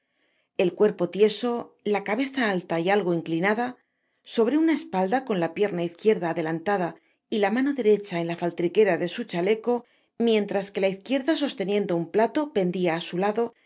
el cuerpo tieso la cabeza alta y algo inclinada sobre una espalda con la pierna izquierda adelantada y la mano derecha en la faltriquera de su chaleco mientras que la izquierda sosteniendo un plato pendia á su lado